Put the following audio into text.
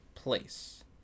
place